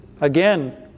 Again